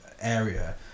area